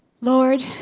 Lord